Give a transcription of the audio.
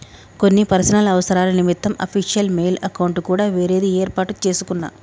కొన్ని పర్సనల్ అవసరాల నిమిత్తం అఫీషియల్ మెయిల్ అకౌంట్ కాకుండా వేరేది యేర్పాటు చేసుకున్నా